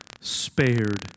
spared